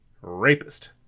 rapist